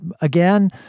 again